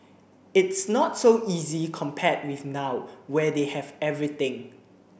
it's not so easy compared with now where they have everything